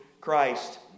Christ